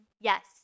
Yes